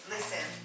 Listen